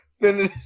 Finish